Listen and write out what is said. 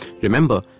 Remember